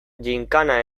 ginkana